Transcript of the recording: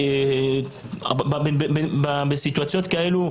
בסיטואציות כאלה,